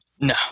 No